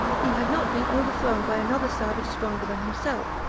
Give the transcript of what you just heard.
he had not been overthrown by another savage stronger than himself.